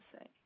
say